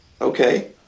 okay